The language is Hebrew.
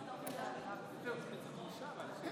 נגד, 16, בעד, 63. אני קובע כי